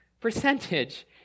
percentage